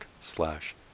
slash